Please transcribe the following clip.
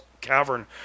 cavern